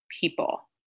people